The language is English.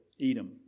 Edom